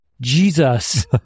Jesus